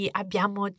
abbiamo